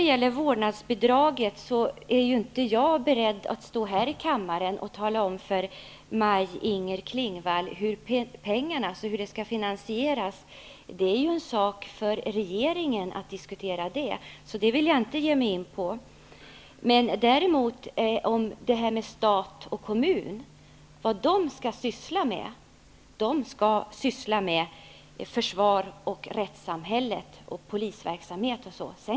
Beträffande vårdnadsbidraget är jag inte beredd att stå här i kammaren och tala om för Maj-Inger Klingvall hur detta skall finansieras. Detta måste regeringen diskutera. Jag vill inte ge mig in på det. Stat och kommun skall syssla med försvaret, rättsväsendet, polisen, osv.